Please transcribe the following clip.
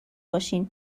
باشین